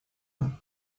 нам